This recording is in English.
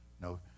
No